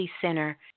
Center